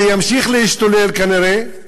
וימשיך להשתולל כנראה,